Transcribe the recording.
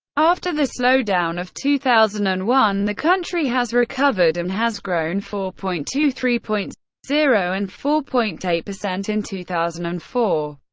after the slowdown of two thousand and one the country has recovered and has grown four point two, three point zero and four point eight percent in two thousand and four,